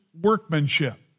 workmanship